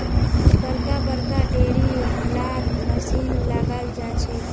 बड़का बड़का डेयरी लात मशीन लगाल जाछेक